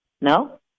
No